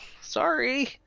sorry